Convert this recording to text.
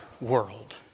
world